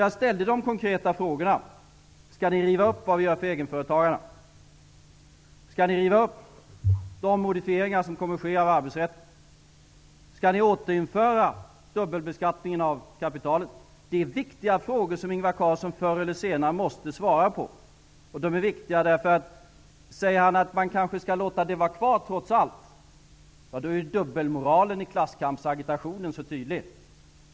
Jag ställde konkreta frågor. Skall ni riva upp vad vi gör för egenföretagarna? Skall ni riva upp de modifieringar av arbetsrätten som kommer att ske? Skall ni återinföra dubbelbeskattningen av kapitalet? Det är viktiga frågor som Ingvar Carlsson förr eller senare måste svara på. De är viktiga därför att om han säger att socialdemokraterna kanske skall låta dem vara kvar trots allt, blir dubbelmoralen i klasskampsagitationen så tydlig.